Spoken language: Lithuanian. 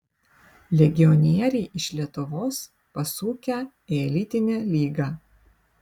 legionieriai iš lietuvos pasukę į elitinę lygą